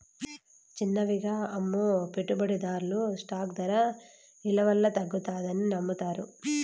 చిన్నవిగా అమ్మే పెట్టుబడిదార్లు స్టాక్ దర ఇలవల్ల తగ్గతాదని నమ్మతారు